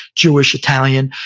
jewish, italian,